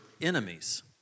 enemies